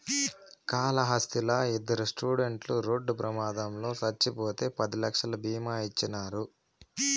కాళహస్తిలా ఇద్దరు స్టూడెంట్లు రోడ్డు ప్రమాదంలో చచ్చిపోతే పది లక్షలు బీమా ఇచ్చినారు